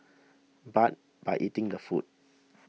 but by eating the food